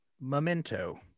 Memento